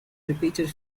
repeated